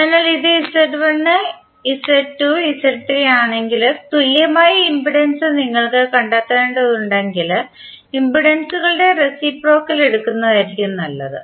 അതിനാൽ ഇത് Z1 Z2 Z3 ആണെങ്കിൽ തുല്യമായ ഇംപെഡൻസ് നിങ്ങൾ കണ്ടെത്തേണ്ടതുണ്ടെങ്കിൽ ഇംപെൻഡൻസുകളുടെ റേസിപ്രോക്കൽ എടുക്കുന്നതാണ് നല്ലത്